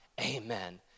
Amen